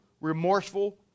remorseful